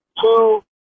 Two